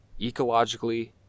ecologically